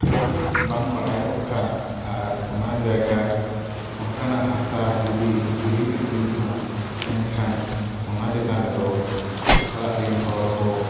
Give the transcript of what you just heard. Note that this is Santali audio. ᱚᱱᱟ ᱞᱮᱠᱟ ᱫᱚ ᱴᱷᱟᱣᱠᱟᱹ ᱵᱟᱝ ᱵᱟᱰᱟᱭ ᱠᱚᱜ ᱠᱷᱟᱱ ᱟᱨ ᱚᱱᱟ ᱡᱟᱭᱜᱟ ᱚᱱᱟᱠᱟᱱᱟᱜ ᱦᱟᱸᱥᱟ ᱡᱩᱫᱤ ᱠᱤᱨᱤᱧ ᱟᱹᱠᱷᱨᱤᱧᱚᱜᱼᱟ ᱮᱱᱠᱷᱟᱱ ᱚᱱᱟ ᱪᱮᱛᱟᱱ ᱨᱮᱫᱚ ᱚᱲᱟᱜ ᱨᱮᱱ ᱦᱚᱲ ᱠᱚ